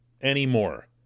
anymore